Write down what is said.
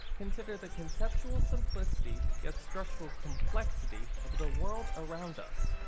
consider the conceptual simplicity yet structural complexity of the world around us.